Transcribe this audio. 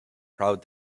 proud